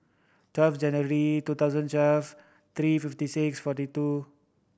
twelve January two thousand twelve three fifty six forty two